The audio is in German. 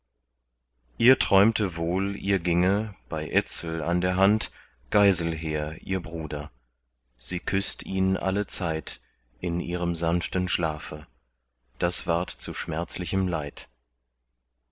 ihr träumte wohl ihr ginge bei etzel an der hand geiselher ihr bruder sie küßt ihn allezeit in ihrem sanften schlafe das ward zu schmerzlichem leid